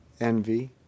envy